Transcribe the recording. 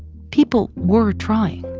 people were trying.